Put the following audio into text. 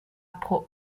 pro